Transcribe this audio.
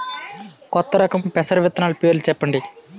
కొత్త రకం పెసర విత్తనాలు పేర్లు చెప్పండి?